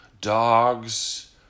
dogs